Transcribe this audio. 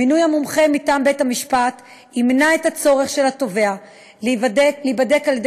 מינוי המומחה מטעם בית-המשפט ימנע את הצורך של התובע להיבדק על ידי